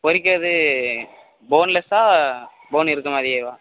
பொரிக்கிறது போன்லெஸ்ஸா போன் இருக்க மாதிரியேவா